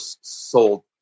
sold